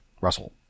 Russell